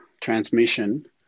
transmission